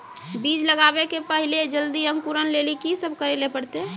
बीज लगावे के पहिले जल्दी अंकुरण लेली की सब करे ले परतै?